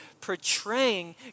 portraying